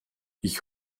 ich